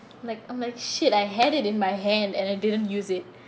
like I'm like shit I had it in my hand and I didn't use it